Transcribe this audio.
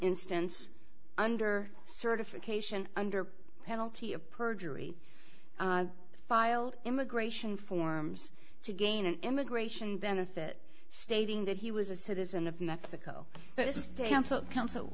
instance under certification under penalty of perjury filed immigration forms to gain an immigration benefit stating that he was a citizen of mexico